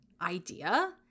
idea